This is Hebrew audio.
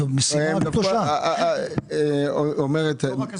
אנחנו, ועדת